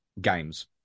games